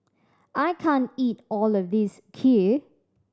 I can't eat all of this Kheer